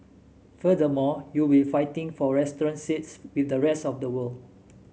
furthermore you will fighting for restaurant seats with the rest of the world